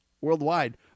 worldwide